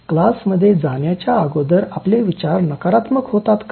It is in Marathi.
क्लासमध्ये जाण्याच्या अगोदर आपले विचार नकारात्मक होतात का